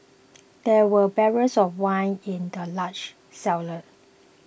there were barrels of wine in the large cellar